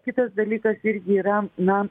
kitas dalykas irgi yra na